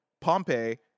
Pompey